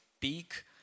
peak